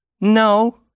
No